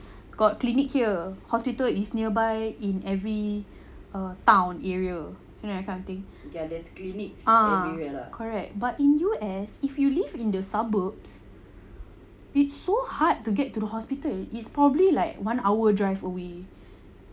got clinic here hospital is nearby in every err town area and then that kind of thing ah correct but in U_S if you live in the suburbs it's so hard to get to the hospital it's probably like one hour drive away